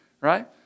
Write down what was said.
right